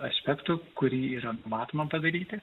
aspektų kurį yra numatoma padaryti